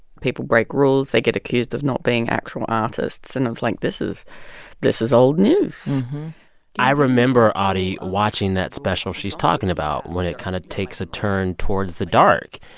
people break rules. they get accused of not being actual artists. and i'm like, this is this is old news i remember, audie, watching that special she's talking about when it kind of takes a turn towards the dark.